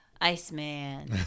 Iceman